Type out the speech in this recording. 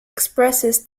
expresses